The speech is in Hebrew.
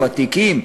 הוותיקים,